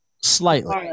Slightly